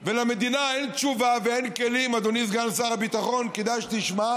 לנזקים ברורים וישירים שנובעים כתוצאה מזה.